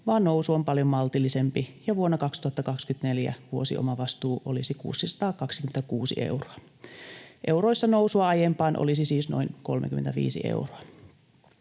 vaan nousu on paljon maltillisempi, ja vuonna 2024 vuosiomavastuu olisi 626 euroa. Euroissa nousua aiempaan olisi siis noin 35 euroa.